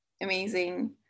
amazing